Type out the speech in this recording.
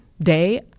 day